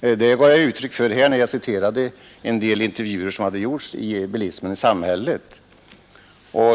Detta gav jag också uttryck för när jag här citerade en del ur intervjuer som har gjorts i Bilismen och samhället.